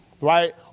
Right